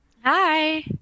Hi